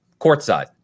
courtside